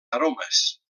aromes